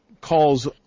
calls